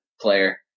player